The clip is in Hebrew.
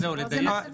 רק לדייק,